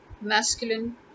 masculine